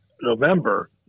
November